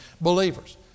believers